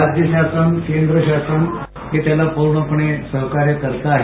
राज्य शासन केंद्र शासन हे त्यांना पूर्णपणे सहकार्य करत आहे